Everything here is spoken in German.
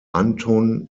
anton